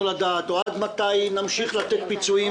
לדעת או עד מתי נמשיך לתת פיצויים,